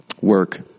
work